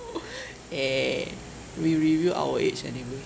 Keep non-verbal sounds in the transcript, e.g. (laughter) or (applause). (laughs) eh we reveal our age anyway